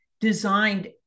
designed